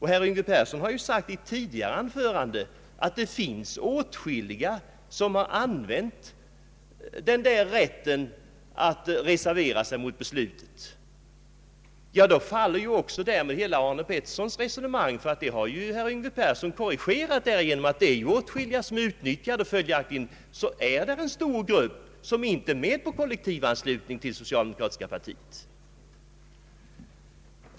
Herr Yngve Persson har sagt i ett tidigare anförande att det finns åtskilliga som använt rätten att reservera sig mot beslutet om kollektivanslutning. Men därmed faller ju herr Arne Petterssons resonemang. Herr Yngve Persson säger att många utnyttjat rätten att reservera sig, följaktligen finns det en grupp som inte vill vara med om en kollektivanslutning till det socialdemokratiska partiet.